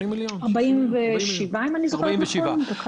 67 מיליון.